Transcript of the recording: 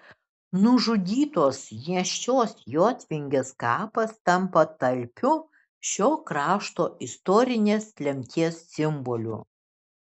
nužudytos nėščios jotvingės kapas tampa talpiu šio krašto istorinės lemties simboliu